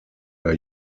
der